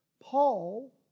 Paul